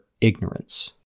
ignorance